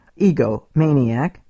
egomaniac